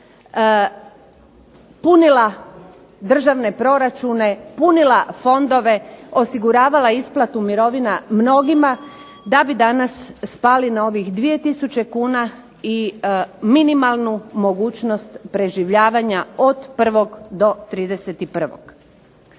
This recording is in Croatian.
punila državne proračune, punila fondove, osiguravala isplatu mirovina mnogima da bi danas spali na ovih 2 tisuće kuna i minimalnu mogućnost preživljavanja od 1. do 31-og.